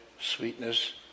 sweetness